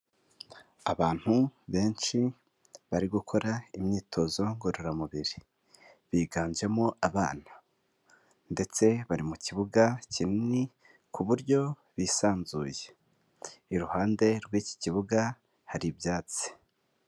Abantu benshi bari gukora imyitozo ngororamubiri biganjemo abana ndetse bari mu kibuga kinini ku buryo bisanzuye iruhande rw'iki kibuga hari ibyatsi.